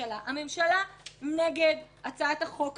הממשלה נגד הצעת החוק הזו.